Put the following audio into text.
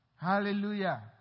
Hallelujah